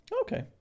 Okay